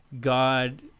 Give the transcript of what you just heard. God